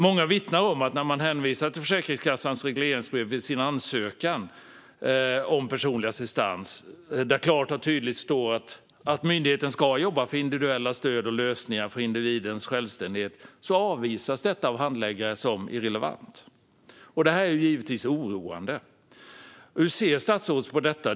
Många vittnar om att när man hänvisar till Försäkringskassans regleringsbrev vid ansökan om personlig assistans, där det klart och tydligt står att myndigheten ska jobba för individuella stöd och lösningar för individens självständighet, avvisas det av handläggare som irrelevant. Det är givetvis oroande. Hur ser statsrådet på detta?